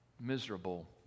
miserable